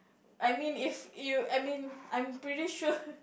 I mean if you I mean I pretty sure